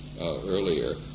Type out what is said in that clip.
earlier